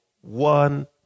one